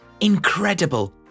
Incredible